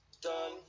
Done